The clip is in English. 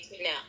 Now